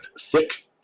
Thick